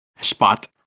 spot